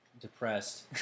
depressed